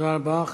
תודה רבה.